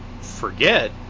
forget